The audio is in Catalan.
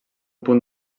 punt